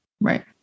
Right